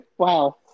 wow